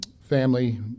family